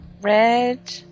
Red